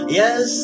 yes